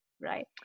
right